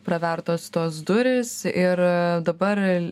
pravertos tos durys ir dabar